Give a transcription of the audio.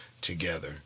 together